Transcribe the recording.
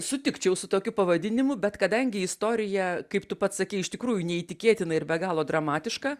sutikčiau su tokiu pavadinimu bet kadangi istorija kaip tu pats sakei iš tikrųjų neįtikėtina ir be galo dramatiška